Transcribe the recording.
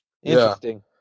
interesting